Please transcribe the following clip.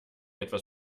etwas